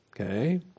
Okay